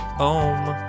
home